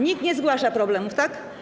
Nikt nie zgłasza problemów, tak?